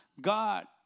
God